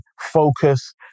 focus